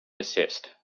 desist